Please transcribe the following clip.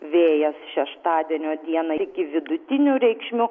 vėjas šeštadienio dieną iki vidutinių reikšmių